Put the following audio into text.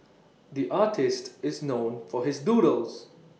the artist is known for his doodles